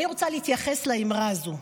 אני רוצה להתייחס לאמרה הזו.